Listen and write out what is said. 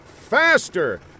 Faster